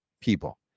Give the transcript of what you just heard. people